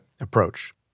approach